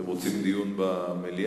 אתם רוצים דיון במליאה?